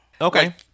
Okay